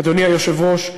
אדוני היושב-ראש,